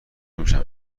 نمیشن